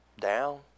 Down